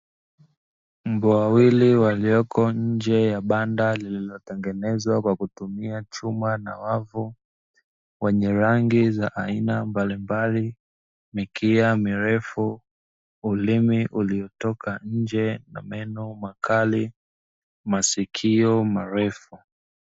Mbwa wawili walioko nje ya banda lililotengenezwa kwa kutumia chuma na wavu, wenye rangi za aina mbalimbali, mikia mirefu, ulimi uliotoka nje na meno makali, masikio marefu.